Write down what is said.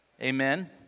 Amen